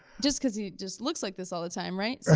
just cause he just looks like this all the time, right?